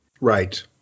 Right